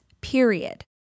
period